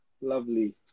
Lovely